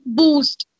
boost